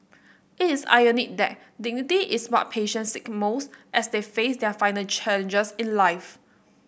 it is ironic that dignity is what patients seek most as they face their final challenges in life